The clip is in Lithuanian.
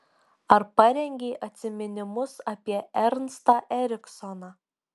ar parengei atsiminimus apie ernstą eriksoną